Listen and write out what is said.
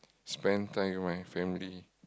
spend time with my family